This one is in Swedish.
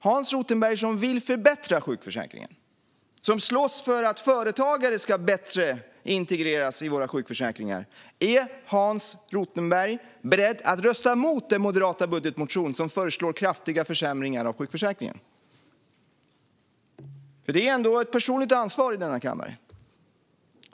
Hans Rothenberg vill förbättra sjukförsäkringen och slåss för att företagare ska integreras bättre i våra sjukförsäkringar. Är Hans Rothenberg beredd att rösta mot den moderata budgetmotionen, där det föreslås kraftiga försämringar av sjukförsäkringen? Man har ändå ett personligt ansvar i denna kammare.